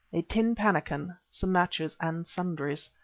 a tin pannikin, some matches and sundries.